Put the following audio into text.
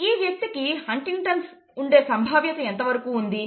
ఈ వ్యక్తికి Huntington's Huntington's ఉండే సంభావ్యత ఎంతవరకు ఉంది